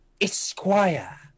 Esquire